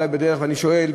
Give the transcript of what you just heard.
ואני שואל,